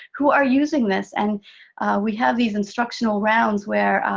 who are using this, and we have these instructional rounds, where